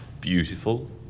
beautiful